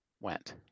went